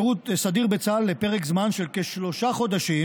שירות סדיר בצה"ל לפרק זמן של כשלושה חודשים,